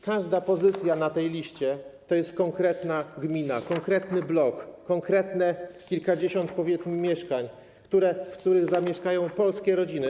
Każda pozycja na tej liście to jest konkretna gmina, konkretny blok, konkretne kilkadziesiąt mieszkań, w których zamieszkają polskie rodziny.